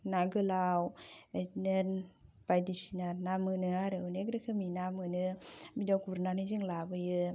ना गोलाव बिदिनो बायदिसिना ना मोनो आरो अनेक रोखोमनि ना मोनो बिदियाव गुरनानै जों लाबोयो